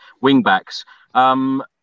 wing-backs